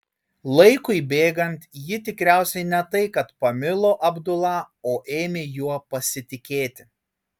laikui bėgant ji tikriausiai ne tai kad pamilo abdula o ėmė juo pasitikėti